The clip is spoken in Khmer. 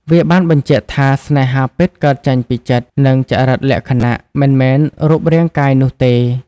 វាបានបញ្ជាក់ថា ស្នេហាពិតកើតចេញពីចិត្ត និងចរិតលក្ខណៈ មិនមែនរូបរាងកាយនោះទេ។